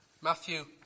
Matthew